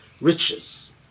riches